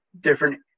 different